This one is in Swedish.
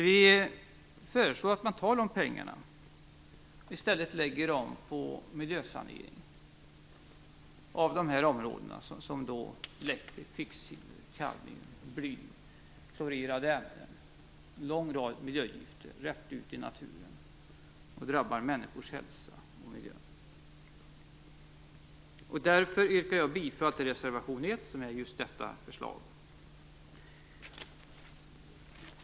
Vi föreslår att man tar dessa pengar och i stället lägger dem på miljösanering av områden som läcker kvicksilver, kadmium, bly, florerade ämnen och en låg rad andra gifter rätt ut i naturen som drabbar människors hälsa och miljö. Därför yrkar jag bifall till reservation 1, som innehåller just detta förslag.